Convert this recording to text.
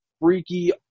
freaky